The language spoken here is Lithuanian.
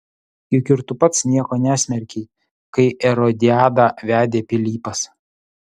juk ir tu pats nieko nesmerkei kai erodiadą vedė pilypas